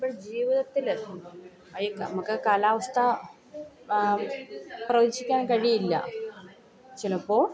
ഇപ്പോൾ ജീവിതത്തിൽ ഐ നമുക്ക് കാലാവസ്ഥ പ്രവചിക്കാൻ കഴിയില്ല ചിലപ്പോൾ